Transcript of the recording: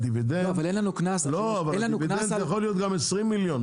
הדיבידנד יכול להיות גם 20 מיליון,